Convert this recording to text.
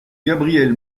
gabriel